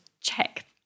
check